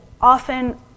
often